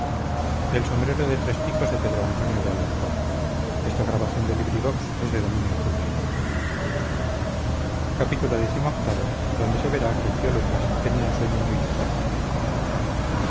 el alcalde de monterilla dile a tu ama que el tío lucas se queda a